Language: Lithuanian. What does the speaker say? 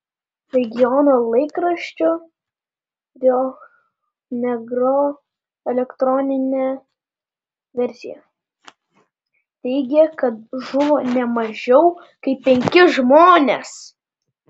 regiono laikraščio rio negro elektroninė versija teigia kad žuvo ne mažiau kaip penki žmonės